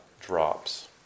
drops